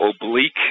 oblique